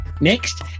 Next